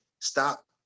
stop